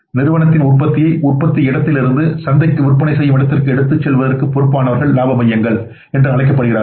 நிறுவனத்தின் உற்பத்தியை உற்பத்தி இடத்திலிருந்து சந்தையில் விற்பனை செய்யும் இடத்திற்கு எடுத்துச் செல்வதற்கு பொறுப்பானவர்கள் இலாப மையங்கள் என்று அழைக்கப்படுகிறார்கள்